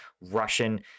Russian